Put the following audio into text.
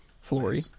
Flory